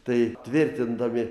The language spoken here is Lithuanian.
tai tvirtindami